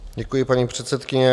Děkuji, paní předsedkyně.